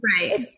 right